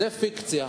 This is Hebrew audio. זו פיקציה.